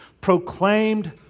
proclaimed